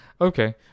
Okay